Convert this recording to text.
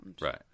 Right